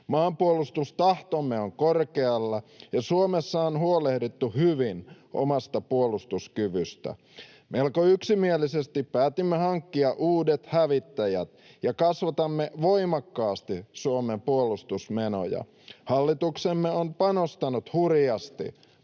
Maanpuolustustahtomme on korkealla, ja Suomessa on huolehdittu hyvin omasta puolustuskyvystä. Melko yksimielisesti päätimme hankkia uudet hävittäjät, ja kasvatamme voimakkaasti Suomen puolustusmenoja. Hallituksemme on panostanut hurjasti